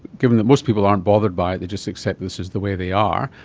given that most people aren't bothered by it, they just accept this as the way they are,